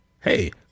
hey